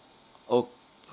oh